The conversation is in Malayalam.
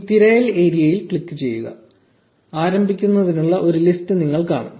ഈ തിരയൽ ഏരിയയിൽ ക്ലിക്കുചെയ്യുക ആരംഭിക്കുന്നതിനുള്ള ഒരു ലിസ്റ്റ് നിങ്ങൾ കാണും